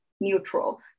neutral